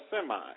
semi